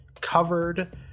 covered